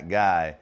guy